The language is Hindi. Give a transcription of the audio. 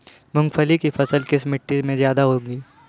मूंगफली की फसल किस मिट्टी में ज्यादा होगी?